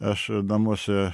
aš namuose